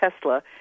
tesla